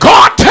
God